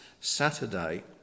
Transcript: Saturday